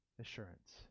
assurance